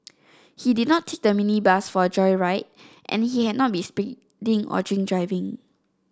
he did not take the minibus for a joyride and he had not been speeding or drink driving